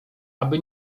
aby